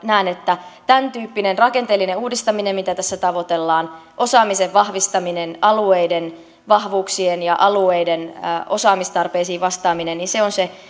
näen että tämäntyyppinen rakenteellinen uudistaminen mitä tässä tavoitellaan osaamisen ja alueiden vahvuuksien vahvistaminen ja alueiden osaamistarpeisiin vastaaminen on se